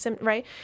right